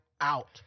Out